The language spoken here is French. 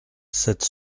sept